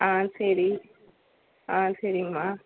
ஆ சரி ஆ சரிங்மா